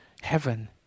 heaven